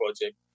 Project